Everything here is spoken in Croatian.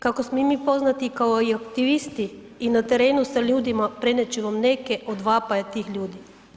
Kako smo i mi poznati kao i aktivisti i na terenu sa ljudima, prenijet ću vam neke od vapaja tih ljudi.